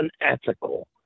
unethical